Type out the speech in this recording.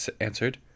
answered